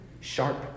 sharp